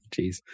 Jeez